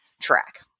track